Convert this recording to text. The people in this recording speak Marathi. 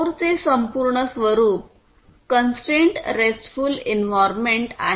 कोरचे संपूर्ण स्वरूप कॉन्स्ट्रेन्ड रेस्टफुल एनवोर्मेन्ट आहे